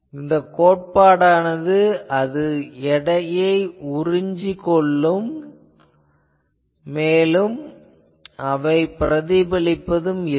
இதன் கோட்பாடானது அவை எடையை உறிஞ்சிக் கொள்ளும் மேலும் அவை பிரதிபலிப்பதில்லை